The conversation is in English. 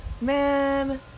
man